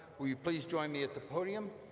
will you please join me at the podium?